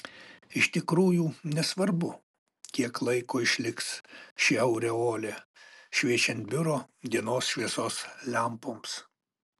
iš tikrųjų nesvarbu kiek laiko išliks ši aureolė šviečiant biuro dienos šviesos lempoms